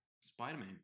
Spider-Man